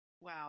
wow